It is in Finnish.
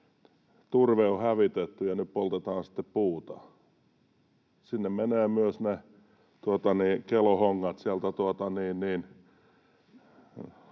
turve on hävitetty ja nyt poltetaan sitten puuta. Sinne menevät myös ne kelohongat